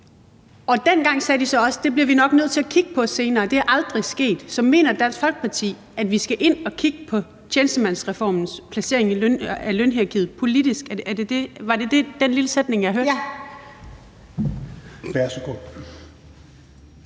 Og dengang sagde de så også: Det bliver vi nok nødt til at kigge på senere. Men det er aldrig sket. Så mener Dansk Folkeparti, at vi skal ind og kigge på tjenestemandsreformens placeringer i lønhierarkiet politisk? Var det den lille sætning, jeg hørte? Kl.